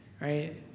right